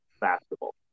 basketball